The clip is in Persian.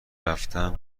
رفتن